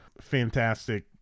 fantastic